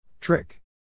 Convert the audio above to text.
Trick